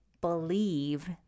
believe